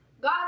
God